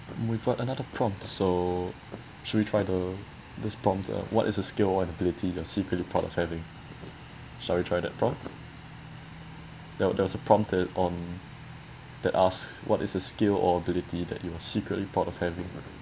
we've got another prompt so should we try the this prompt uh what is a skill or an ability you're secretly proud of having shall we try that prompt there there was a prompter on that asks what is a skill or ability that you are secretly proud of having